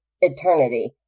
eternity